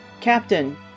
captain